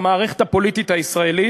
במערכת הפוליטית הישראלית,